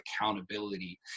accountability